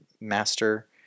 master